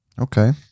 okay